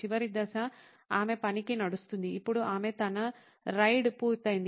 చివరి దశ ఆమె పనికి నడుస్తుంది ఇప్పుడు ఆమె తన రైడ్ పూర్తయింది